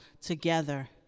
together